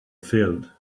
field